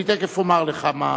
אני תיכף אומר לך מה.